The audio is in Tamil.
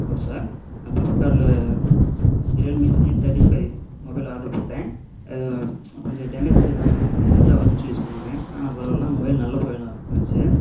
ஹலோ சார் நான் ஃப்ளிப்கார்டில் Realme C thirty five mobile order போட்டேன் அது கொஞ்சம் டேமேஜ் பீஸாக பீஸாத்தான் வரும்னு சொல்லி சொன்னாங்க ஆனால் பரவாயில்ல மொபைல் நல்ல மொபைலா வந்துச்சு